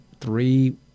three